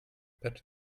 patch